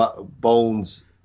bones